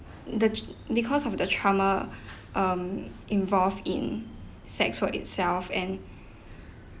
the because of the trauma um involved in sex work itself and